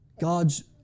God's